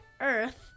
Earth